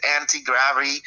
anti-gravity